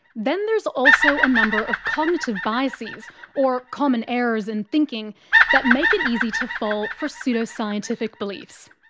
then there's also a number of cognitive biases or common errors in thinking that make it easy to fall for pseudoscientific beliefs.